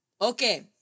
Okay